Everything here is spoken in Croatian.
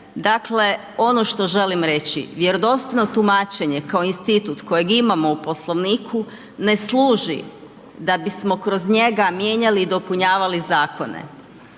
Dakle, ono što želim reći, vjerodostojno tumačenje kao institut kojeg imamo u Poslovniku ne služi da bismo kroz njega mijenjali i dopunjavali zakone.